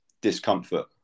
discomfort